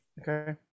okay